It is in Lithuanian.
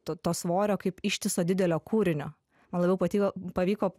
to to svorio kaip ištiso didelio kūrinio man labiau patiko pavyko